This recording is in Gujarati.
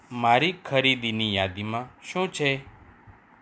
મારી ખરીદીની યાદીમાં શું છે